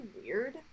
weird